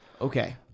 Okay